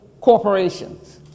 corporations